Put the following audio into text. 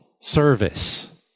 service